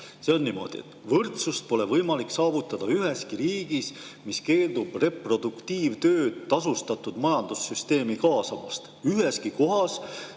see on niimoodi. Võrdsust ei ole võimalik saavutada üheski riigis, mis keeldub reproduktiivtööd tasustatud majandussüsteemi kaasamast, üheski kohas,